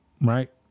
right